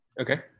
Okay